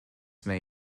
may